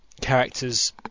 characters